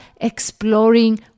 exploring